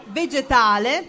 vegetale